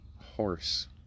horse